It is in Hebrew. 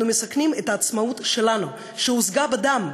אנחנו מסכנים את העצמאות שלנו שהושגה בדם,